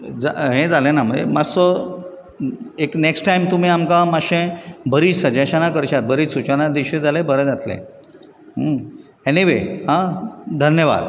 हें जालें ना मातसो एक नेक्ट टायम तुमी आमकां मातशें बरीं सुजेशनां करश्यात बरी सुचना दिशीत जाल्यार बरें जातलें न्हय एनीवे आं धन्यवाद